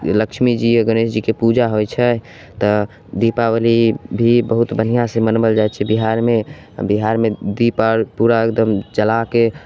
लक्ष्मी जी आ गणेश जीके पूजा होइत छै तऽ दीपावली भी बहुत बढ़िआँ से मनाओल जाइत छै बिहारमे बिहारमे दीप आर पूरा एगदम जलाके